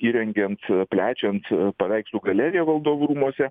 įrengiant plečiant paveikslų galeriją valdovų rūmuose